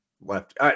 Left